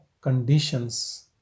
conditions